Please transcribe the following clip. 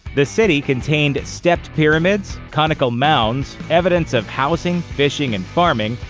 the city contained stepped pyramids, conical mounds, evidence of housing, fishing, and farming,